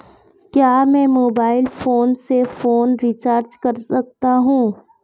क्या मैं mobile phone से फोन रिचार्ज कर सकता हूं?